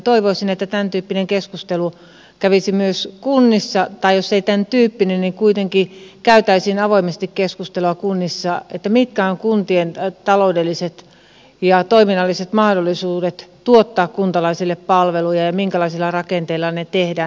toivoisin että tämäntyyppinen keskustelu kävisi myös kunnissa tai jos ei tämäntyyppinen niin kuitenkin käytäisiin avoimesti keskustelua kunnissa mitkä ovat kuntien taloudelliset ja toiminnalliset mahdollisuudet tuottaa kuntalaisille palveluja ja minkälaisilla rakenteilla ne tehdään